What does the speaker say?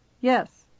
yes